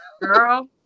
Girl